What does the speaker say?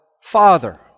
Father